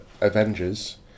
Avengers